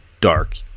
dark